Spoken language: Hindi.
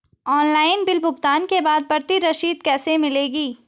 ऑनलाइन बिल भुगतान के बाद प्रति रसीद कैसे मिलेगी?